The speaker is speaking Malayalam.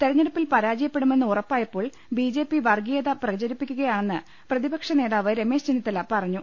തെരഞ്ഞെടുപ്പിൽ പരാജയപ്പെടുമെന്ന് ഉറപ്പായപ്പോൾ ബിജെപി വർഗീയത പ്രചരിപ്പിക്കുകയാണെന്ന് പ്രതിപക്ഷനേതാവ് രമേശ് ചെന്നിത്തല പറഞ്ഞു